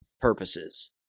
purposes